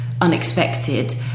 unexpected